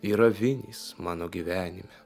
yra vinis mano gyvenime